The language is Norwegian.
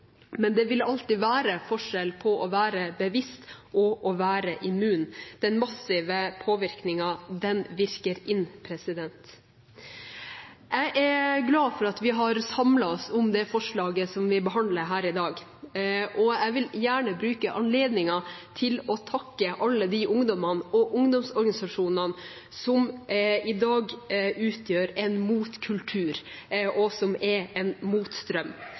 Men det vil alltid være forskjell på å være bevisst og å være immun. Den massive påvirkningen virker inn. Jeg er glad for at vi har samlet oss om det representantforslaget som blir behandlet her i dag. Jeg vil gjerne bruke anledningen til å takke alle de ungdommene og ungdomsorganisasjonene som i dag utgjør en motkultur, og som er en motstrøm.